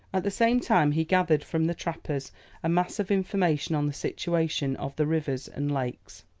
at the same time he gathered from the trappers a mass of information on the situation of the rivers and lakes.